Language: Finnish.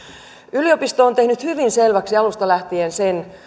yliopisto on tehnyt hyvin selväksi alusta lähtien sen